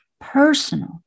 personal